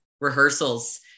rehearsals